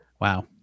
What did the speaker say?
Wow